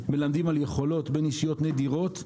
מלמדים על יכולות בין אישיות נדירות.